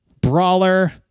brawler